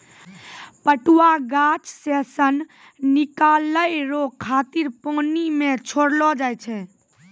पटुआ गाछ से सन निकालै रो खातिर पानी मे छड़ैलो जाय छै